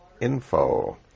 info